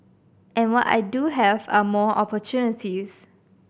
and what I do have are more opportunities